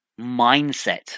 mindset